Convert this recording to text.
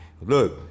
Look